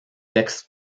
texte